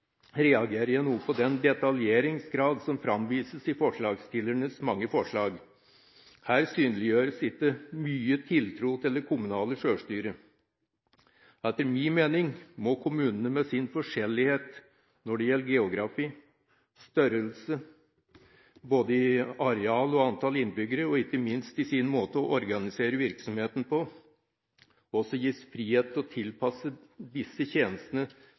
reagerer jeg noe på den detaljeringsgrad som framvises i forslagsstillernes mange forslag. Her synliggjøres ikke mye tiltro til det kommunale sjølstyret. Etter min mening må kommunene med sin forskjellighet når det gjelder geografi, størrelse – både i areal og antall innbyggere – og ikke minst i måten å organisere virksomheten på, også gis frihet til å tilpasse disse tjenestene